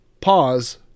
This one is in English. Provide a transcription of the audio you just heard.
pause